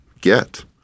get